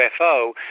UFO